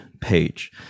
page